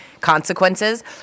consequences